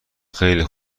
خیلی